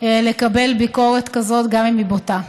לקבל ביקורת כזאת, גם אם היא בוטה.